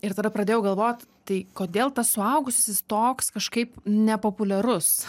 ir tada pradėjau galvot tai kodėl tas suaugusysis toks kažkaip nepopuliarus